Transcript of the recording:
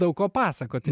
daug ko pasakoti